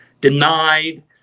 denied